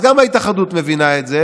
אז גם ההתאחדות מבינה את זה,